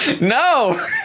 No